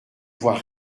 vois